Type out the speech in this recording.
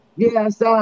Yes